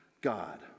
God